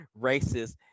racist